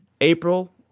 April